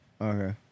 Okay